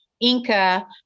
inca